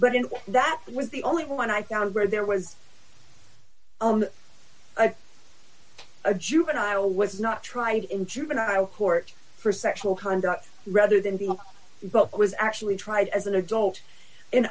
but in that was the only one i found where there was only a a juvenile was not tried in juvenile court for sexual conduct rather than deal but was actually tried as an adult in